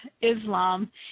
Islam